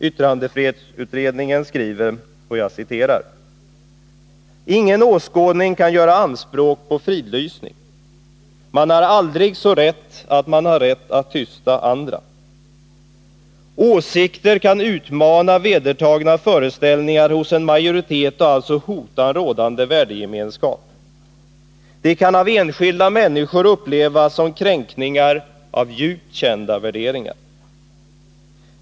Yttrandefrihetsutredningen skriver: ”Ingen åskådning kan göra anspråk på fridlysning. Man har aldrig så rätt att man har rätt att tysta andra. Åsikter kan utmana vedertagna föreställningar hos en majoritet och alltså hota en rådande värdegemenskap. De kan av enskilda människor upplevas som kränkningar av djupt kända värderingar.